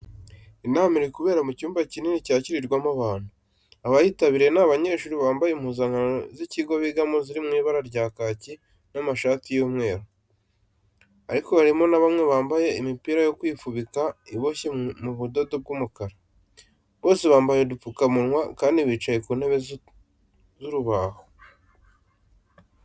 Inama iri kubera mu cyumba kinini cyakirirwamo abantu. Abayitabiriye ni abanyeshuri bambaye impuzankano z’ikigo bigamo ziri mu ibara rya kaki n'amashati y'umweru, ariko harimo na bamwe bambaye imipira yo kwifubika iboshye mu budodo bw'umukara. Bose bambaye udupfukamunwa kandi bicaye ku ntebe z'urubaho.